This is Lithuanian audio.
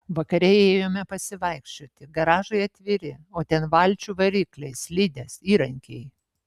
vakare ėjome pasivaikščioti garažai atviri o ten valčių varikliai slidės įrankiai